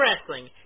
wrestling